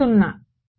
0